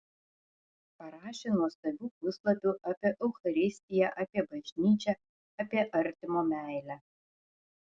parašė nuostabių puslapių apie eucharistiją apie bažnyčią apie artimo meilę